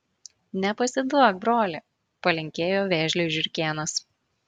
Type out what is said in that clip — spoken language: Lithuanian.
nepasiduok broli palinkėjo vėžliui žiurkėnas